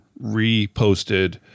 reposted